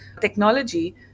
technology